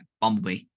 Bumblebee